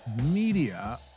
Media